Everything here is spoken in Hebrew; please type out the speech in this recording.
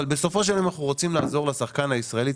בסופו של דבר אם אנחנו רוצים לעזור לשחקן הישראלי,